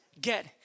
get